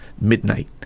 midnight